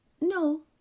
No